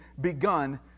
begun